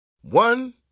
One